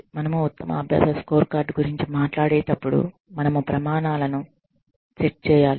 మనము ఉత్తమ అభ్యాస స్కోర్కార్డ్ గురించి మాట్లాడేటప్పుడు మనము ప్రమాణాలను సెట్ చేయాలి